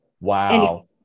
Wow